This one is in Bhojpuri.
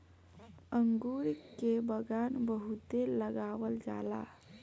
अंगूर के बगान बहुते लगावल जाला